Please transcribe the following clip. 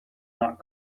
that